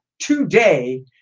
today